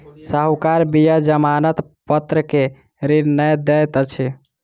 साहूकार बिना जमानत पत्र के ऋण नै दैत अछि